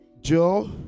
Joe